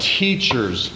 teachers